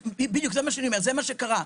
בדיוק זה מה שאני אומר, זה מה שקרה.